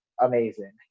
amazing